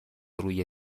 روی